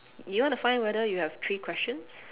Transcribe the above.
you want to find whether you have three questions